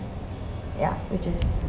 ya which is